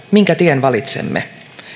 minkä tien valitsemme